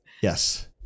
yes